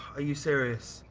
are you serious?